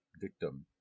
victim